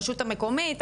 הרשות המקומית,